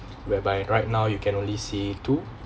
whereby right now you can only see two